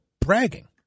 bragging